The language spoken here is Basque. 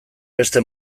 beste